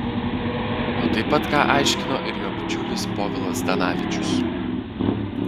o taip pat ką aiškino ir jo bičiulis povilas zdanavičius